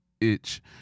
itch